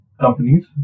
companies